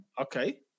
Okay